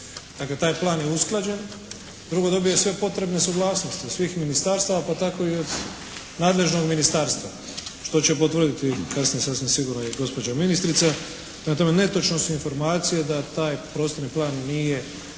Dakle, taj plan je usklađen. Drugo, dobio je sve potrebne suglasnosti od svih ministarstava pa tako i od nadležnog ministarstva, što će potvrditi kasnije sasvim sigurno i gospođa ministrica. Prema tome, netočne su informacije da taj prostorni plan nije